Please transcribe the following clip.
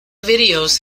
videos